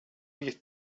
these